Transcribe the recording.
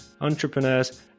entrepreneurs